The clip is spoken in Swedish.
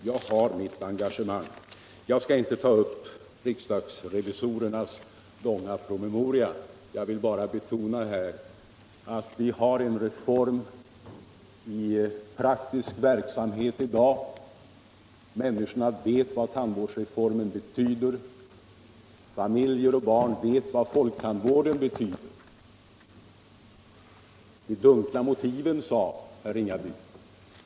Jag skall inte ta upp riksdagsrevisorernas promemoria, men jag vill betona att den praktiska verksamheten inom tandvårdsreformen gör att människor vet vad reformen betyder, liksom familjer och barn vet vad folktandvården betyder. De dunkla motiven, sade herr Ringaby.